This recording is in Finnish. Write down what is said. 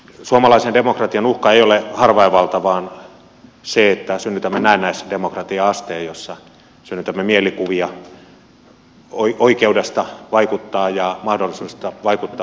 suomalaisen demokratian uhka ei ole harvainvalta vaan se että synnytämme näennäisdemokratia asteen jossa synnytämme mielikuvia oikeudesta vaikuttaa ja mahdollisuudesta vaikuttaa yhteisiin asioihin